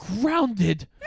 grounded